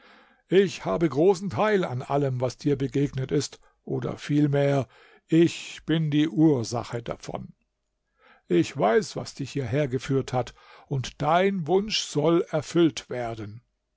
ich habe großen teil an allem was dir begegnet ist oder vielmehr ich bin die ursache davon ich weiß was dich hierhergeführt hat und dein wunsch soll erfüllt werden